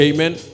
Amen